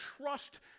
trust